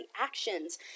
actions